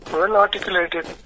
well-articulated